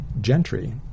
Gentry